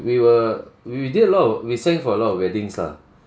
we were we we did a lot we sang for a lot of weddings lah